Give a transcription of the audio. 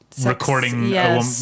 recording